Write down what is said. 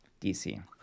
DC